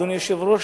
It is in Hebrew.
אדוני היושב-ראש,